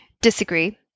disagree